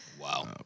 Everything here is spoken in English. Wow